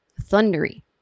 thundery